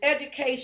education